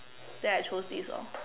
then I chose this lor